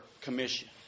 commission